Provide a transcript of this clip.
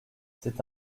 c’est